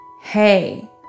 hey